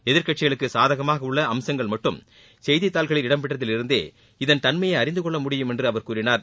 எதிர்க்கட்சிகளுக்கு சாதகமாக உள்ள அம்சங்கள் மட்டும் செய்தித்தாள்களில் இடம்பெற்றதில் இருந்தே இதன் தன்மையை அறிந்து கெள்ள முடியும் என்று அவர் கூறினார்